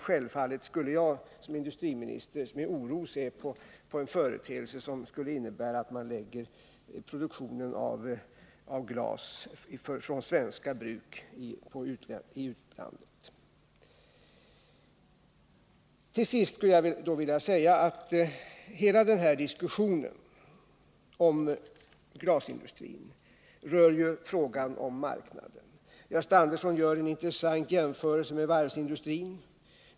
Självfallet skulle jag som industriminister med oro se på en utveckling som innebar att man lade produktionen av glas från svenska bruk i utlandet. Till sist: hela denna diskussion om glasindustrin rör frågan om marknader. Gösta Andersson gjorde en intressant jämförelse med varvsindustrin.